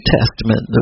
Testament